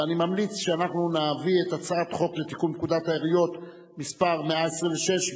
ואני ממליץ שאנחנו נביא את הצעת חוק לתיקון פקודת העיריות (מס' 126)